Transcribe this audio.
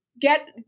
get